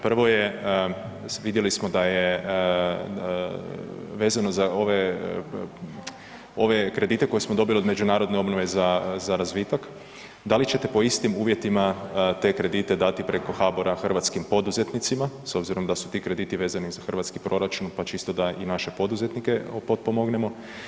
Prvo je vidjeli smo da je vezano za ove kredite koje smo dobili od međunarodne obnove za razvitak da li ćete po istim uvjetima te kredite dati preko HBOR-a hrvatskim poduzetnicima s obzirom da su ti krediti vezani uz hrvatski proračun pa čisto da i naše poduzetnike potpomognemo.